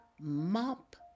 Mop